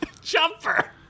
Jumper